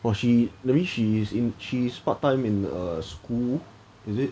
!wah! she that mean she's part time in a school is it